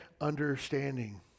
understanding